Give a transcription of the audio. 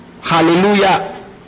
Hallelujah